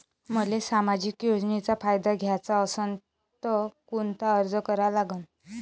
मले सामाजिक योजनेचा फायदा घ्याचा असन त कोनता अर्ज करा लागन?